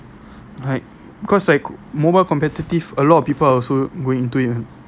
like because like mobile competitive a lot of people are also going into it